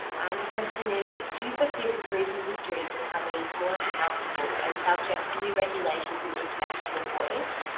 um the question is, do you foresee the cruise industry becoming more accountable and subject to new regulations in international waters?